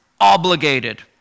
obligated